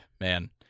man